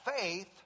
faith